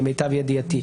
למיטב ידיעתי.